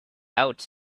out